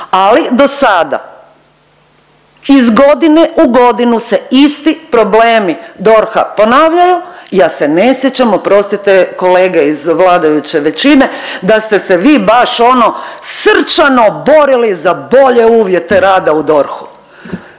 ali do sada iz godine u godinu se isti problemi DORH-a ponavljaju ja se ne sjećam oprostite kolege iz vladajuće većine da ste se vi baš ono srčano borili za bolje uvjete rada u DORH-u.